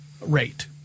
rate